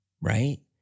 right